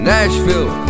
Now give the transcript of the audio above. Nashville